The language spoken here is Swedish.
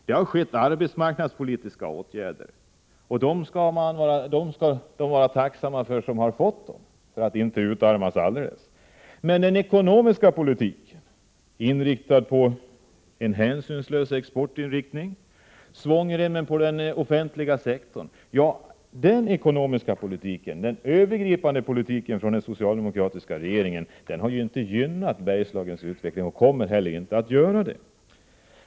Det har gjorts arbetsmarknadspolitiska insatser, och dem skall de vara tacksamma för som har fått del av dem, så att bygderna inte blivit alldeles utarmade. Men den socialdemokratiska regeringens övergripande ekonomiska politik — med en hänsynslös exportinriktning och svångrem på den offentliga sektorn — har inte gynnat Bergslagens utveckling och kommer heller inte att göra det.